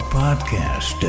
podcast